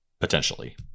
potentially